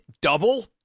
double